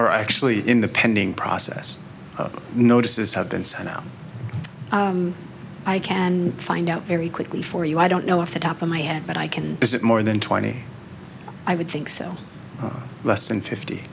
are actually in the pending process notices have been sent out i can find out very quickly for you i don't know if the top of my head but i can is it more than twenty i would think so less than fifty